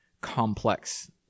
complex